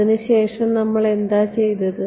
അതിനുശേഷം നമ്മൾ എന്താണ് ചെയ്തത്